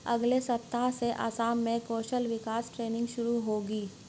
अगले सप्ताह से असम में कौशल विकास ट्रेनिंग शुरू होगी